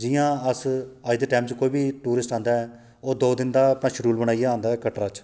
जियां अस अज्ज दे टाइम च कोई बी टूरिस्ट आंदा ऐ ओह् दो दिन दा अपना शेड्यूल बनाइयै आंदा ऐ अपना कटरा च